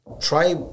Try